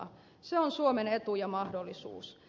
se on suomen etu ja mahdollisuus